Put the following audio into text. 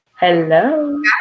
Hello